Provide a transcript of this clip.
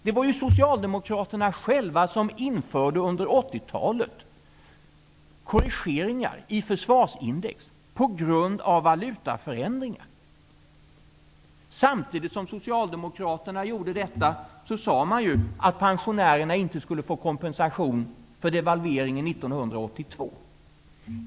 Det var ju Socialdemokraterna själva som under 80-talet införde korrigeringar i försvarsprisindex på grund av valutaförändringar. Samtidigt som Socialdemokraterna gjorde detta sade de att pensionärerna inte skulle få kompensation för devalveringen 1982.